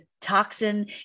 toxin